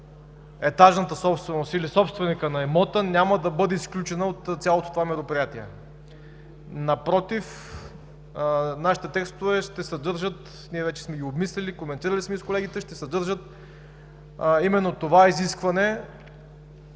етажната собственост, или собственика на имота, няма да бъде изключена от цялото това мероприятие. Напротив, нашите текстове ще съдържат – ние вече сме ги обмислили, коментирали сме с колегите, ще съдържат именно това изискване